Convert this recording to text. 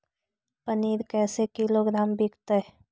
पनिर कैसे किलोग्राम विकतै?